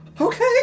Okay